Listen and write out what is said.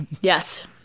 Yes